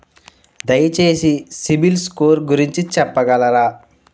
దయచేసి CIBIL score గురించి చెప్పగలరా?